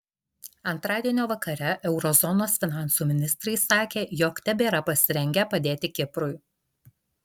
antradienio vakare euro zonos finansų ministrai sakė jog tebėra pasirengę padėti kiprui